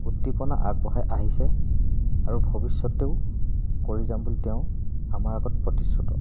উদ্দীপনা আগবঢ়াই আহিছে আৰু ভৱিষ্যতেও কৰি যাম বুলি তেওঁ আমাৰ আগত প্ৰতিশ্ৰুত